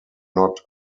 not